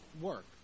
work